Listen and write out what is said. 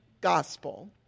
gospel